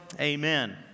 Amen